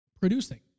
producing